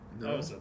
No